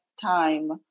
time